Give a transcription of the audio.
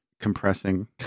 compressing